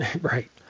Right